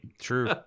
True